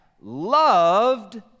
loved